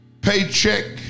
Paycheck